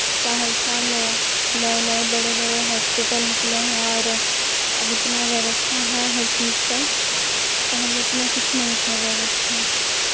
سہرسہ میں نئے نئے بڑے بڑے ہاسپیٹل نکلے ہیں اور اب اتنا ویوستھا ہے ہر چیز کا پہلے اتنا کچھ نہیں تھا ویوستھا